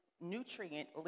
nutrient